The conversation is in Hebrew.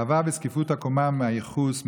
הגאווה וזקיפות הקומה מהייחוס,